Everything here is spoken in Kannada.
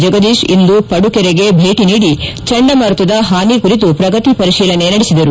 ಜಗದೀಶ್ ಇಂದು ಪದುಕೆರೆಗೆ ಭೇಟಿ ನೀದಿ ಚಂಡಮಾರುತದ ಹಾನಿ ಕುರಿತು ಪ್ರಗತಿ ಪರಿಶೀಲನೆ ಮಾಡಿದರು